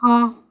ହଁ